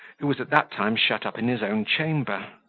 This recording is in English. who was at that time shut up in his own chamber.